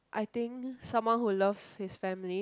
I think someone who loves his family